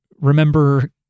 remember